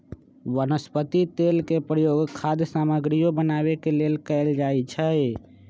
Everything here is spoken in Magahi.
वनस्पति तेल के प्रयोग खाद्य सामगरियो बनावे के लेल कैल जाई छई